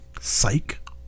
Psych